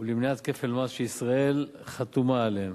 למניעת כפל מס שישראל חתומה עליהן.